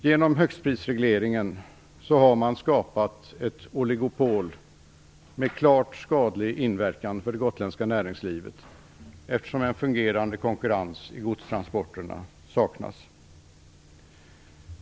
Genom högstprisregleringen har man skapat ett oligopol med en klart skadlig inverkan på det gotländska näringslivet, eftersom en fungerande konkurrens i godstransporterna saknas.